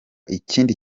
ikindi